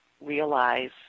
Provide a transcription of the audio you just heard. realize